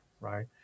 right